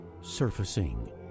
Surfacing